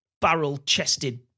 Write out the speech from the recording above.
barrel-chested